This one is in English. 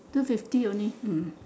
two fifty only hmm